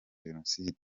jenoside